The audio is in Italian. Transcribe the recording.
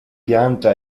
pianta